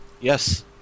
Yes